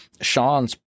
Sean's